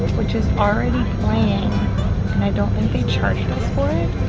which is already playing, and i don't think they charged us for it?